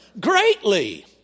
greatly